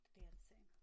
dancing